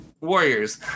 Warriors